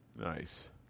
Nice